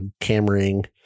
cameraing